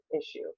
issue